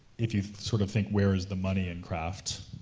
if you sort of think where is the money in craft.